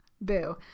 Boo